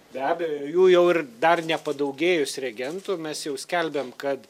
be abejo jų jau ir dar nepadaugėjus reagentų mes jau skelbiam kad